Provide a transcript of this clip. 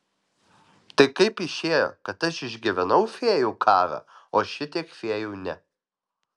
tai kaip išėjo kad aš išgyvenau fėjų karą o šitiek fėjų ne